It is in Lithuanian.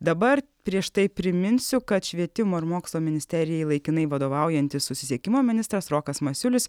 dabar prieš tai priminsiu kad švietimo ir mokslo ministerijai laikinai vadovaujantis susisiekimo ministras rokas masiulis